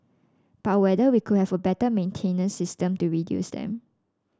but whether we could have a better maintenance system to reduce them